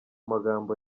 magambo